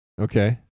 Okay